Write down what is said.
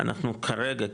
אנחנו כרגע,